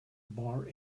bar